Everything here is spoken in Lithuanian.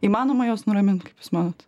įmanoma juos nuramint kaip jūs manot